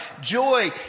Joy